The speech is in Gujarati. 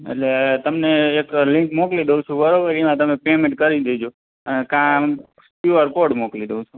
એટલે તમને એક લિન્ક મોકલી દઉં છું બરોબર એમાં તમે પેમેન્ટ કરી દેજો કાં ક્યુ આર કોડ મોકલી દઉં છું